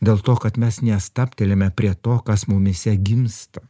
dėl to kad mes nestabtelime prie to kas mumyse gimsta